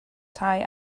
tai